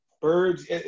Birds